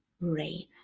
rain